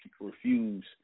refuse